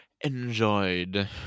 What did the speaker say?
enjoyed